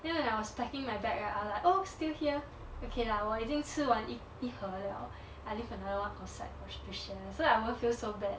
then when I was packing my bag right I like !oops! still here okay lah 我已经吃完一一盒 liao I leave another one outside to to share so that I won't feel so bad